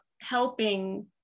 helping